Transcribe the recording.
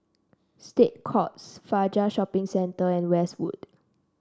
State Courts Fajar Shopping Centre and Westwood